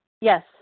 Yes